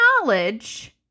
knowledge